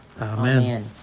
Amen